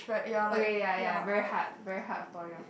okay ya ya very hard very hard for your